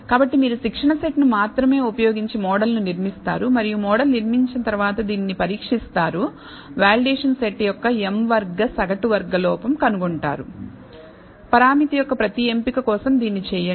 కాబట్టి మీరు శిక్షణ సెట్ ను మాత్రమే ఉపయోగించి మోడల్ను నిర్మిస్తారుమరియు మోడల్ నిర్మించిన తర్వాత దానిని పరీక్షిస్తారువాలిడేషన్ సెట్ యొక్క m వర్గ సగటు వర్గ లోపం కనుగొంటారు పరామితి యొక్క ప్రతి ఎంపిక కోసం దీన్ని చేయండి